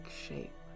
shape